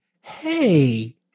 hey